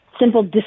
Simple